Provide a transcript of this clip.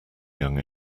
young